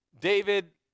David